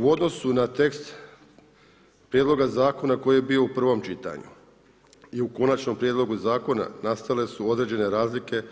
U odnosu na tekst prijedloga zakona koji je bio u prvom čitanju i u konačnom prijedlogu zakona nastale su određene razlike